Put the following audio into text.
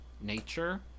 nature